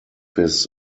his